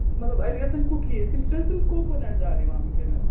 مطلب اَسہِ گژھَن کُکیٖز تِم چھِنہٕ حظ تِم کوکونَٹ دار یِوان وٕنۍکٮ۪نَس